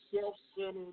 self-centered